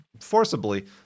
forcibly